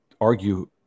argue –